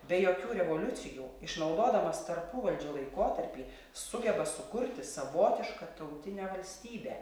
be jokių revoliucijų išnaudodamas tarpuvaldžio laikotarpį sugeba sukurti savotišką tautinę valstybę